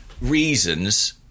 reasons